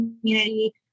community